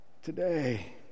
today